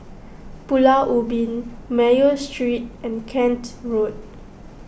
Pulau Ubin Mayo Street and Kent Road